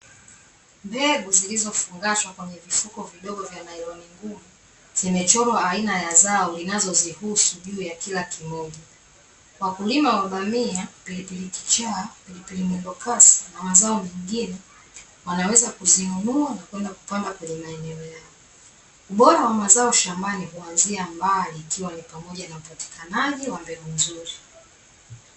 Mbegu zilizofungashwa kwenye vifuko vidogo vya nailoni ngumu zimechorwa aina ya zao linazozihusu juu ya kila kimoja. Wakulima wa bamia, pilipili kichaa, pilipili mwendokasi na mazao mengine wanaweza kuzinunua na kwenda kupanda kwenye maeneo yao. Ubora wa mazao shambani huanzia mbali, ikiwa ni pamoja na upatikanaji wa mbegu nzuri.